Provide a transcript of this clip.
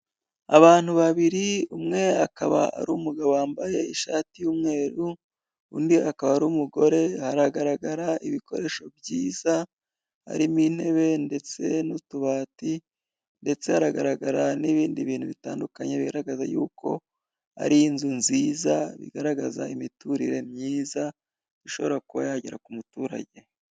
Abantu babiri umwe akaba ari umugabo wambaye ishati y'umweru undi akaba ari umugore hagaragara ibikoresho byiza harimo intebe ndetse n'utubati, ndetse hagaragara n'ibindi bintu bitandukanye bigaragaza yuko ari inzu nziza, bigaragaza imiturire myiza ishobora kuba yagera ku muturage.